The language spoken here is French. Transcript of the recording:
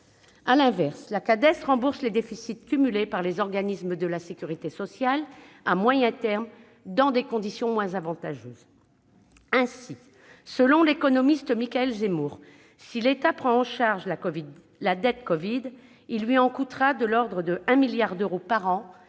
À l'inverse, la Cades rembourse les déficits cumulés par les organismes de sécurité sociale à moyen terme et dans des conditions moins avantageuses. Ainsi, selon l'économiste Michaël Zemmour, si l'État prend en charge la « dette covid », il lui en coûtera de l'ordre de 1 milliard d'euros par an,